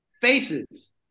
faces